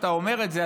כשאתה אומר את זה,